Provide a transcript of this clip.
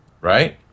Right